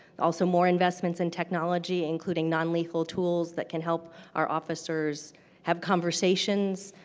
also more investments in technology, including nonlethal tools that can help our officers have conversations,